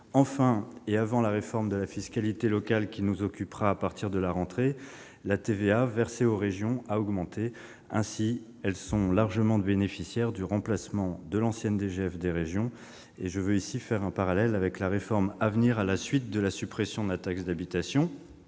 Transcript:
Enfin, et avant la réforme de la fiscalité locale, qui nous occupera à partir de la rentrée, la TVA versée aux régions a augmenté. Ainsi, celles-ci sont largement bénéficiaires du remplacement de l'ancienne DGF des régions. Je veux faire un parallèle avec la réforme à venir à la suite de la suppression de la taxe d'habitation.